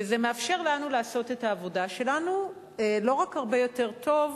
וזה מאפשר לנו לעשות את העבודה שלנו לא רק הרבה יותר טוב,